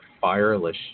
fireless